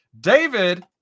David